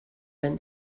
been